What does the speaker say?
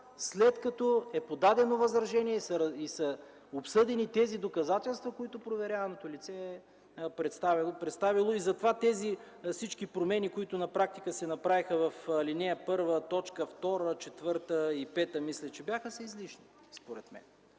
след като е подадено възражение и са обсъдени тези доказателства, които проверяваното лице е представило. Затова всички тези промени, които на практика се направиха, мисля, че в ал. 1, т. 2, 4 и 5, са излишни, според мен.